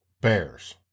Bears